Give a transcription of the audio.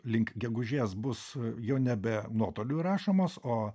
link gegužės bus jau nebe nuotoliu įrašomos o